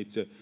itse tämän